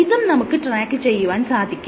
ഇതും നമുക്ക് ട്രാക്ക് ചെയ്യുവാൻ സാധിക്കും